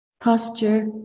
posture